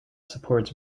supports